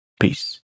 Peace